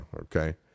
okay